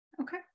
okay